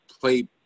play